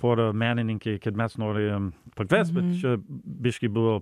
pora menininkė kad mes norėjom pakviest bet čia biškį buvo